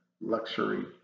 Luxury